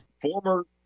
former